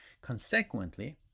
consequently